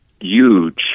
huge